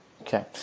Okay